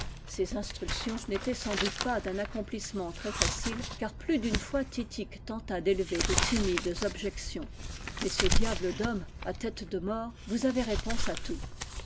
ces instructions n'étaient sans doute pas d'un accomplissement très facile car plus d'une fois titik tenta d'élever de timides objections mais ce diable d'homme à tête de mort vous avait réponse à tout